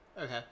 okay